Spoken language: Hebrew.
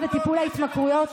אינו נוכח יאיר גולן,